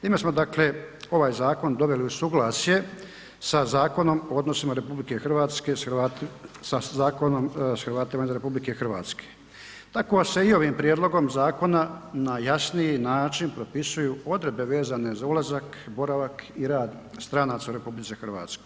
Time smo dakle ovaj zakon doveli u suglasje sa Zakonom o odnosima RH sa Zakonom s Hrvatima izvan RH, tako se i ovim prijedlogom zakona na jasniji način propisuju odredbe vezane za ulazak, boravak i rad stranaca u RH.